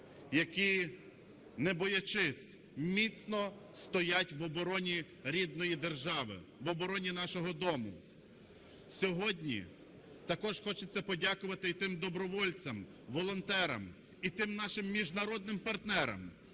які, не боячись, міцно стоять в обороні рідної держави, в обороні нашого дому. Сьогодні також хочеться подякувати і тим добровольцям, волонтерам і тим нашим міжнародним партнерам,